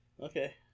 Okay